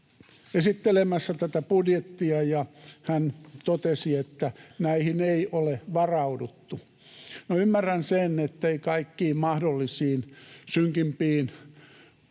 esittelemässä tätä budjettia ja hän totesi, että näihin ei ole varauduttu. Ymmärrän sen, että kaikkiin mahdollisiin synkimpiin tapahtumiin,